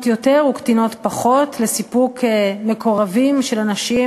יותר וקטינות פחות לסיפוק מקורבים של אנשים